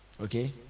Okay